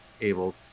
able